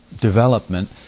development